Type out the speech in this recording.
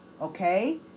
okay